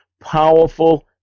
powerful